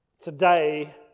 today